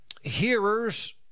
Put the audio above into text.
hearers